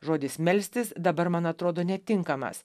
žodis melstis dabar man atrodo netinkamas